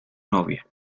novia